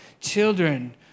Children